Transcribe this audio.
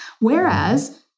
Whereas